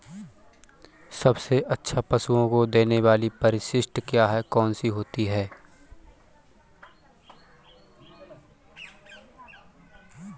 सबसे अच्छा पशुओं को देने वाली परिशिष्ट क्या है? कौन सी होती है?